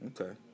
Okay